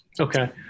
okay